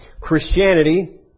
Christianity